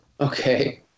Okay